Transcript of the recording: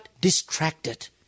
distracted